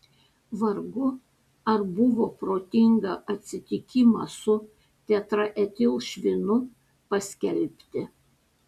vargu ar buvo protinga atsitikimą su tetraetilšvinu paskelbti